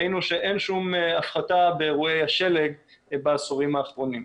ראינו שאין שום הפחתה באירועי השלג בעשורים האחרונים.